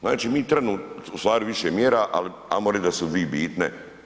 Znači, mi trenutno, u stvari više mjera, ali ajmo reći da su 2 bitne.